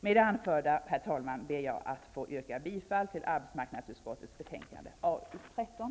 Med det anförda, herr talman, ber jag att få yrka bifall till hemställan i arbetsmarknadsutskottets betänkande AU13.